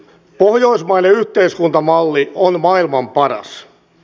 pohjoismainen yhteiskuntamalli on maailman paras